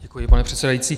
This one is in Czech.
Děkuji, pane předsedající.